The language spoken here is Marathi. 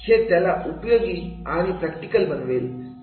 हे त्याला उपयोगी आणि आणि प्रॅक्टिकल बनवेल